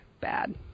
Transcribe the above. bad